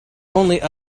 only